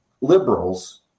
liberals